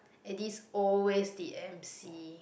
Eddie's always the emcee